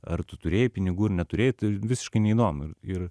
ar tu turėjai pinigų ar neturėjai tai visiškai neįdomų ir ir